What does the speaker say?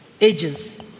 ages